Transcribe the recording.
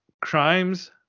crimes